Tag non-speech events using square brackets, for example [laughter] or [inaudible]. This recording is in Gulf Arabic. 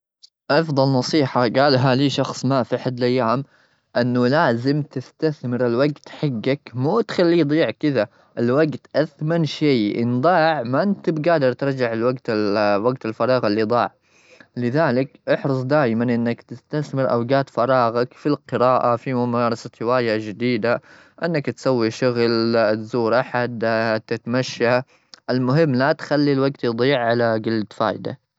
أفضل نصيحة قالها لي شخص ما في أحد الأيام، إنه لازم تستثمر الوقت حجك، مو تخليه يضيع كذا. الوقت أثمن شيء، إن ضاع ما أنت بقادر ترجع الوجت-وجت الفراغ اللي ضاع. لذلك، احرص دايما أنك تستخدم أوجات فراغك في القراءة، في ممارسة هواية جديدة، إنك تسوي شغل، تزور أحد [hesitation] أو تتمشى. المهم، لا تخلي الوقت يضيع على جلة فايدة.